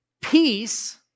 Peace